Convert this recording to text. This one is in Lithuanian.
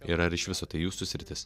ir ar iš viso tai jūsų sritis